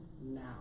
now